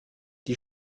die